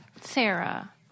Sarah